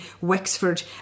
Wexford